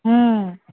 ہوں